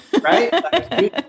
right